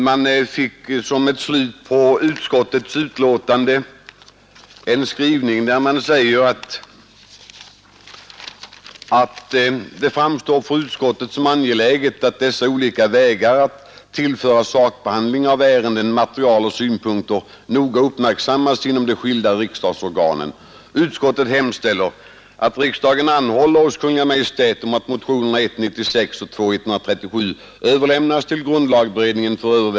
Utskottet skrev då i sitt utlåtande på följande sätt: ”Det framstår för utskottet som angeläget att dessa olika vägar att tillföra sakbehandlingen av ärendena material och synpunkter noga uppmärksammas inom de skilda riksdagsorganen. Däri ligger svaret: att frågan redan är placerad hos grundlagberedningen.